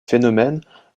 phénomènes